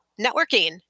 Networking